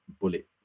bullet